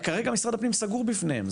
כרגע משרד הפנים סגור בפניהם.